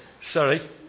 sorry